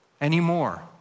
anymore